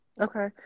Okay